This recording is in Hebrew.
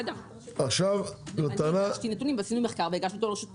עשינו מחקר והגשנו נתונים.